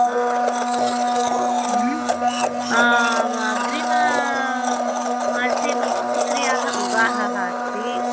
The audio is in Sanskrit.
ह अहम् अग्रिममासे मम पुत्र्याः विवाहः अस्ति